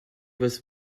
this